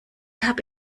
habe